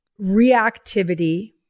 reactivity